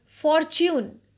Fortune